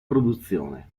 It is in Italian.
produzione